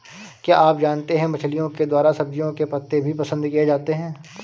क्या आप जानते है मछलिओं के द्वारा सब्जियों के पत्ते भी पसंद किए जाते है